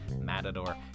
Matador